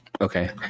okay